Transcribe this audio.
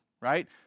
right